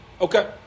Okay